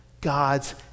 God's